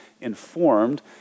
informed